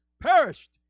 perished